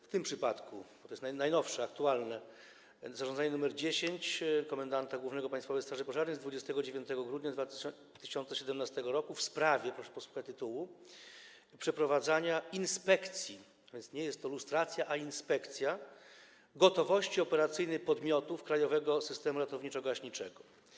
W tym przypadku to jest najnowsze, aktualne zarządzenie: zarządzenie nr 10 komendanta głównego Państwowej Straży Pożarnej z 29 grudnia 2017 r. w sprawie, proszę posłuchać tytułu, przeprowadzania inspekcji - więc nie jest to lustracja, a inspekcja - gotowości operacyjnej podmiotów krajowego systemu ratowniczo-gaśniczego.